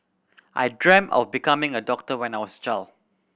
I dreamt of becoming a doctor when I was child